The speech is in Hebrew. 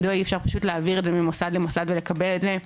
מדוע אי אפשר פשוט להעביר את זה ממוסד למוסד ולקבל את זה,